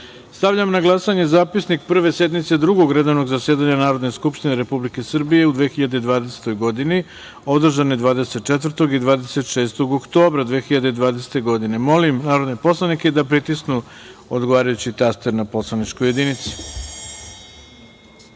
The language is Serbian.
sazivu. Stavljam na glasanje zapisnik Prve sednice Drugog redovnog zasedanja Narodne skupštine Republike Srbije u 2020. godini, održane 24. i 26. oktobra 2020. godine. Molim narodne poslanike da pritisnu odgovarajući taster na poslaničkoj